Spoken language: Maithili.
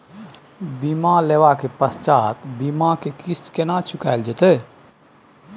बीमा लेबा के पश्चात बीमा के किस्त केना चुकायल जेतै?